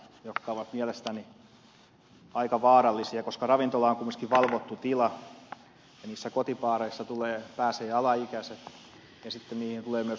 ne ovat mielestäni aika vaarallisia koska ravintola on kuitenkin valvottu tila ja niihin kotibaareihin pääsevät alaikäiset ja sitten niihin tulevat myös huumeet mukaan